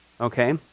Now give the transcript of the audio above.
okay